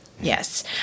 yes